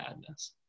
madness